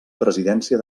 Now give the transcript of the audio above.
presidència